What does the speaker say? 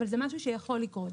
אבל זה משהו שיכול לקרות.